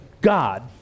God